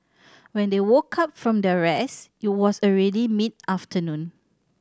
when they woke up from their rest it was already mid afternoon